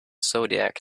zodiac